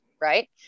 Right